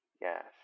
Yes